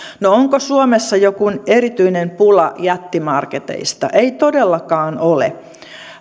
no onko suomessa joku erityinen pula jättimarketeista ei todellakaan ole